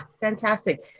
fantastic